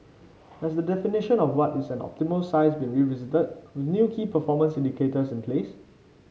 has the definition of what is an optimal size been revisited with new key performance indicators in place